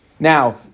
Now